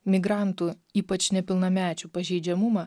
migrantų ypač nepilnamečių pažeidžiamumą